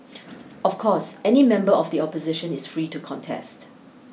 of course any member of the opposition is free to contest